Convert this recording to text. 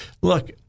look